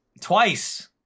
twice